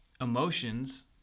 Emotions